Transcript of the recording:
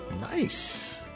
Nice